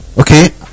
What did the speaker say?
Okay